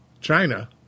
China